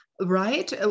right